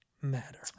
matter